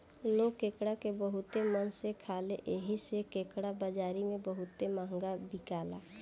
लोग केकड़ा के बहुते मन से खाले एही से केकड़ा बाजारी में बहुते महंगा बिकाला